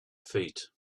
feet